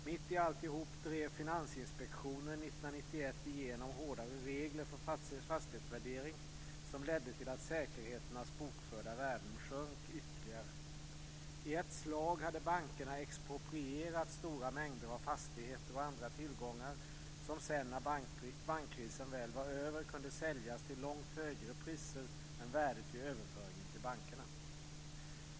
Mitt i allt drev Finansinspektionen 1991 igenom hårdare regler för fastighetsvärdering, som ledde till att säkerheternas bokförda värden sjönk ytterligare. I ett slag hade bankerna exproprierat stora mängder fastigheter och andra tillgångar, som sedan när bankkrisen väl var över kunde säljas till långt högre priser än värdet vid överföringen till bankerna.